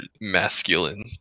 masculine